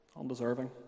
undeserving